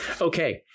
Okay